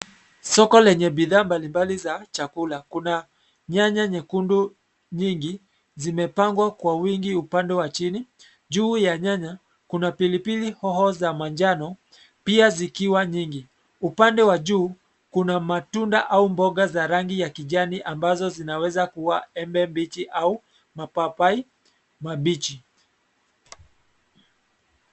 Soko lenye bidhaa mbalimbali za chakula kuna nyanya nyekundu nyingi zimepangwa kwa wingi upande wa chini, juu ya nyanya, kuna pilipili hoho za manjano pia zikiwa nyingi. Upande wa juu, kuna matunda au mboga za rangi ya kijani ambazo zinaweza kuwa embe mbichi au mapapai mabichi.